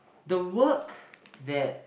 the work that